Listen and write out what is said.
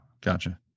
Gotcha